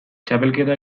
txapelketa